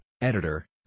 editor